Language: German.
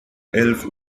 elf